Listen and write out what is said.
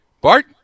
Bart